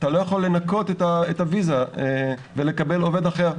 אתה לא יכול לנקות את הוויזה ולקבל עובד אחר.